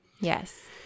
yes